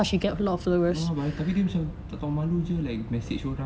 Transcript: no lah tapi dia macam tak tahu malu jer like message orang